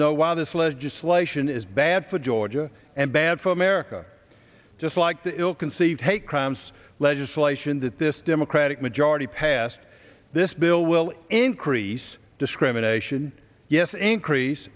know why this legislation is bad for georgia and bad for america just like the ill conceived hate crimes legislation that this democratic majority passed this bill will increase discrimination yes increase